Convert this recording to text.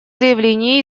заявления